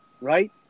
right